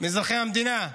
מאזרחי המדינה,